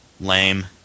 lame